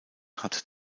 hat